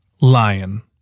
lion